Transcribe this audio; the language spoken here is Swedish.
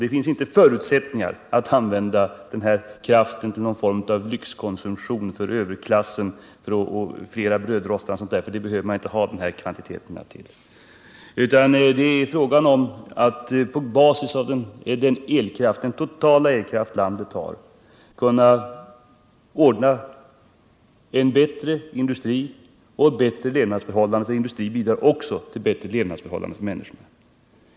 Det finns inte förutsättningar för att använda kraften till lyxkonsumtion för överklassen — i form av flera brödrostar osv. — eftersom man inte behöver ta i anspråk så stora kvantiteter för sådana ändamål. Vad det är fråga om är att på basis av den totala elkraft som landet har skapa en bättre industri. Och bättre levnadsförhållanden för industrin betyder också bättre levnadsförhållanden för människorna.